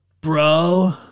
Bro